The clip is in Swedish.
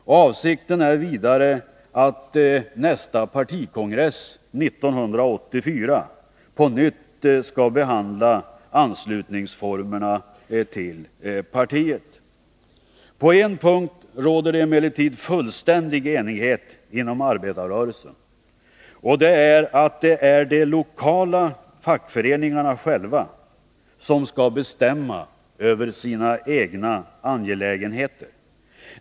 Avsikten är vidare att nästa partikongress, dvs. kongressen 1984, på nytt skall behandla frågan om formerna för anslutning till partiet. På en punkt råder det emellertid fullständig enighet inom arbetarrörelsen, och det är att de lokala fackföreningarna själva skall bestämma över sina egna angelägenheter.